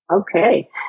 Okay